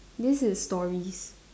this is stories